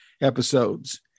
episodes